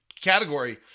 category